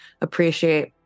appreciate